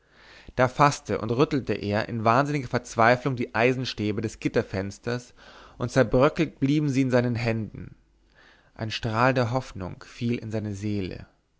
da faßte und rüttelte er in wahnsinniger verzweiflung die eisenstäbe des gitterfensters und zerbröckelt blieben sie in seinen händen ein strahl der hoffnung fiel in seine seele